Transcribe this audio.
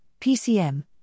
PCM